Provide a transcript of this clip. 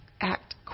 act